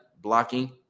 blocking